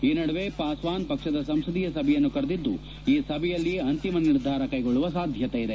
ಈ ನಡುವೆ ಪಾಸ್ವಾನ್ ಪಕ್ಷದ ಸಂಸದೀಯ ಸಭೆಯನ್ನು ಕರೆದಿದ್ದು ಈ ಸಭೆಯಲ್ಲಿ ಅಂತಿಮ ನಿರ್ಧಾರ ಕೈಗೊಳ್ಳುವ ಸಾಧ್ವತೆಯಿದೆ